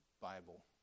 Bible